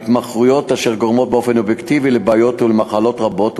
התמכרויות אשר גורמות באופן אובייקטיבי לבעיות ולמחלות רבות ומגוונות.